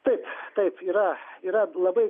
taip taip yra yra labai